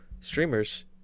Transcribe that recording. streamers